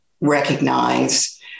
recognize